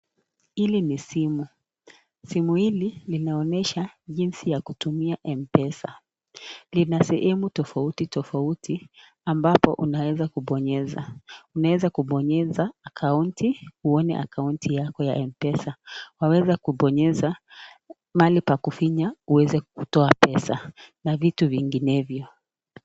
Hili ni simu. Simu hili linaonyesha jinsi ya kutumia M-pesa. Lina sehemu tofauti tofauti ambapo unaweza kubonyeza. Unaweza kubonyeza akaunti uone akaunti yako ya M-pesa. Waweza kubonyeza mahali pa kufinya uweze kutoa pesa na vitu vinginevyo.